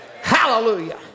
Hallelujah